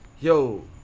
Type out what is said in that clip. Yo